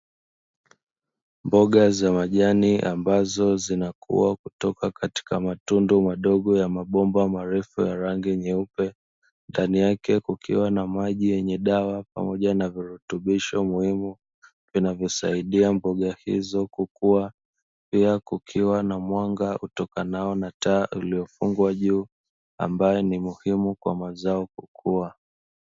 Mboga za majani ambazo zinakua kutoka katika matundu madogo ya mabomba marefu yenye rangi nyeupe. Ndani yake kukiwa na maji yenye dawa pamoja na virutubisho muhimu vinavyosaidia mboga hizo kukua, pia kukiwa na mwanga utokanao na taa iliyofungwa juu ambayo ni muhimu kwa mazao kukua.